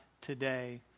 today